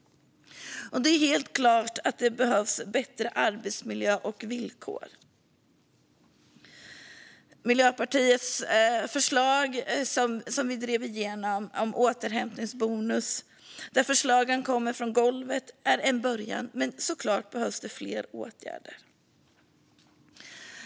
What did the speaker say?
Det behövs helt klart bättre arbetsmiljö och arbetsvillkor. Miljöpartiets förslag om återhämtningsbonus, som kommer från golvet och som är något vi har drivit igenom, är en början, men det behövs självfallet fler åtgärder.